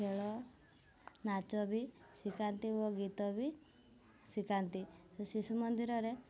ଖେଳ ନାଚ ବି ଶିଖାନ୍ତି ଓ ଗୀତ ବି ଶିଖାନ୍ତି ଶିଶୁ ମନ୍ଦିରରେ